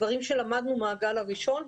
דברים שלמדנו מהגל הראשון.